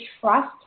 trust